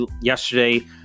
yesterday